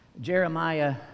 Jeremiah